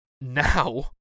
now